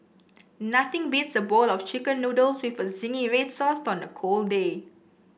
nothing beats a bowl of chicken noodles with zingy red sauce on a cold day